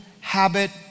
habit